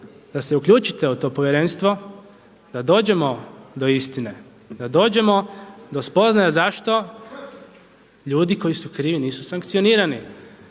da se uključite u to Povjerenstvo, da dođemo do istine, da dođemo do spoznaje zašto ljudi koji su krivi nisu sankcionirani.